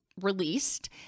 released